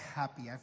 happy